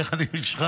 איך אני בשבילך?